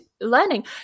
learning